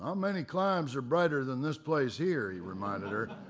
um many climes are brighter than this place here, he reminded her.